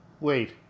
wait